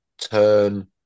turn